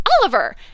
Oliver